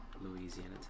Louisiana